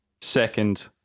second